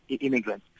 immigrants